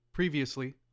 Previously